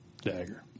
dagger